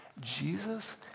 Jesus